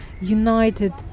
united